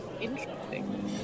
Interesting